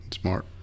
Smart